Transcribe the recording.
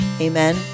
Amen